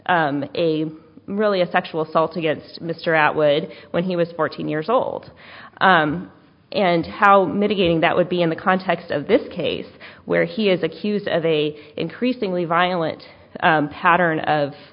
a really a sexual assault against mr out would when he was fourteen years old and how mitigating that would be in the context of this case where he is accused of a increasingly violent pattern of